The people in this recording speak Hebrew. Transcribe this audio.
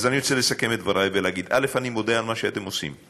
אני רוצה לסכם את דברי ולהגיד: אני מודה על מה שאתם עושים,